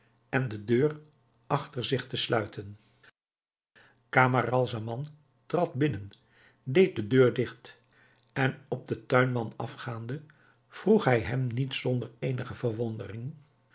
en de deur achter zich te sluiten camaralzaman trad binnen deed de deur digt en op den tuinman afgaande vroeg hij hem niet zonder eenige verwondering